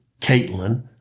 Caitlin